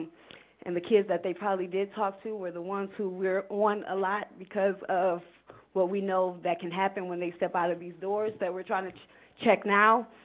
and the kids that they probably did talk to were the ones who we're on a lot because of what we know that can happen when they step out of these doors that we're trying to to check now,